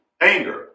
anger